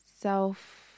self